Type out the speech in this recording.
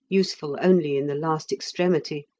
useful only in the last extremity.